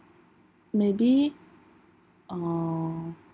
maybe uh